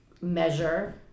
measure